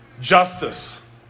justice